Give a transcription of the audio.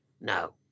No